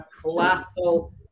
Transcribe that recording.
colossal